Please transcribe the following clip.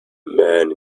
man